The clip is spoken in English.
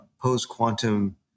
post-quantum